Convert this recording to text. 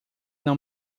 não